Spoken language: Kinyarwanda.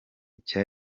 cye